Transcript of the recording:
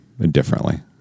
differently